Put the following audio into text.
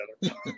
together